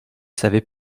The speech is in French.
savez